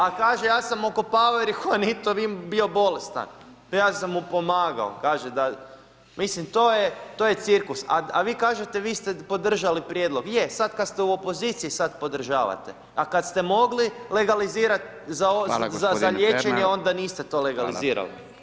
A kaže ja sam okopavao jer je Juanito bio bolestan pa ja sam mu pomagao, mislim to je, to je cirkus a vi kažete vi ste podržali prijedlog, je, sad kad ste u opoziciji, sad podržavate a kad ste mogli legalizirati za liječenje onda niste to legalizirali.